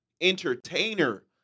entertainer